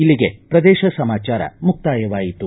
ಇಲ್ಲಿಗೆ ಪ್ರದೇಶ ಸಮಾಚಾರ ಮುಕ್ತಾಯವಾಯಿತು